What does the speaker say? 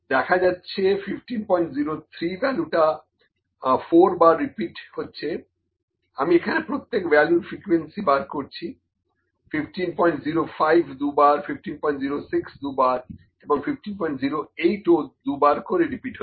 দেখা যাচ্ছে 1503 ভ্যালুটা 4 বার রিপিট হচ্ছে আমি এখানে প্রত্যেক ভ্যালুর ফ্রিকোয়েন্সি বার করছি 1505 দুবার 1506 দুবার এবং 1508 ও দুবার করে রিপিট হচ্ছে